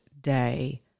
day